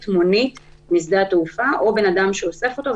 מונית משדה התעופה או בן אדם שאוסף אותו,